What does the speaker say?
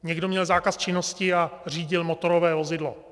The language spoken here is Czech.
Někdo měl zákaz činnosti a řídil motorové vozidlo.